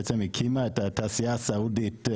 בעצם הקימה את תעשיית הנפט הסעודית.